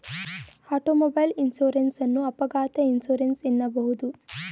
automobile insurance ಅನ್ನು ಅಪಘಾತ insurance ಎನ್ನಬಹುದು